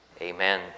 Amen